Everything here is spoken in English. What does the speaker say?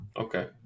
Okay